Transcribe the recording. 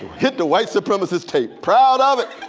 hit the white supremacist tape. proud of it.